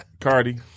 Cardi